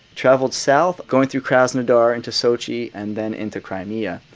traveled south going through krasnodar into sochi and then into crimea.